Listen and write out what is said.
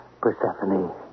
Persephone